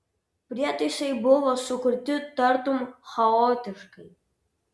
prietaisai buvo sukurti tartum chaotiškai